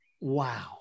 Wow